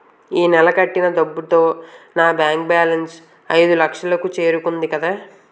ఈ నెల కట్టిన డబ్బుతో నా బ్యాంకు బేలన్స్ ఐదులక్షలు కు చేరుకుంది కదా